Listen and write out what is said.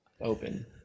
open